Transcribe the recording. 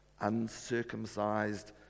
uncircumcised